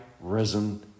risen